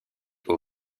aux